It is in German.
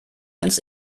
ganz